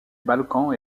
balkans